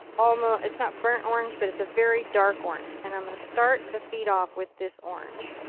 almost, it's not burnt orange but it's a very dark orange. and i'm going to start the feet off with this orange.